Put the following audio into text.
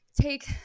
take